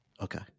Okay